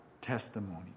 testimony